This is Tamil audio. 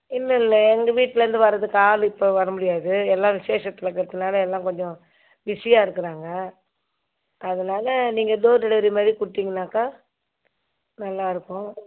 இல்லை இல்லை எங்கள் வீட்டில இருந்து வர்றதுக்கு ஆள் இப்போ வர முடியாது எல்லா விசேஷத்தில் இருக்கிறதுனால் எல்லாம் கொஞ்சம் ஃபிஸியாக இருக்குறாங்க அதனால நீங்கள் டோர் டெலிவரி மாதிரி கொடுத்தீங்கனாக்கா நல்லாருக்கும்